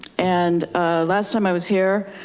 and last time i was here,